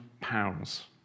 pounds